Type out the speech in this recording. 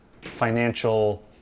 financial